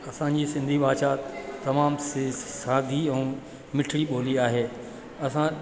असांजी सिंधी भाषा तमामु से सादी ऐं मिठिड़ी ॿोली आहे असां